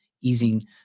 easing